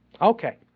Okay